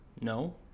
No